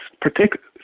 particular